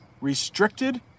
Restricted